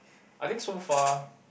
I think so far